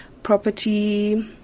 Property